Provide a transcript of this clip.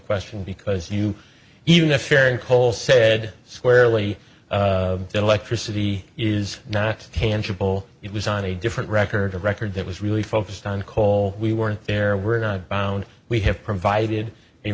question because you even if you're in coal said squarely electricity is not tangible it was on a different record a record that was really focused on coal we weren't there we're not bound we have provided a